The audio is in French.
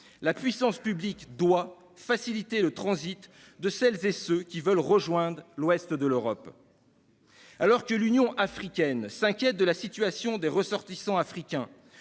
La puissance publique doit faciliter le transit de celles et ceux qui veulent rejoindre l'ouest de l'Europe. Alors que l'Union africaine s'inquiète de la situation des ressortissants africains,